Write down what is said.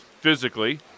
physically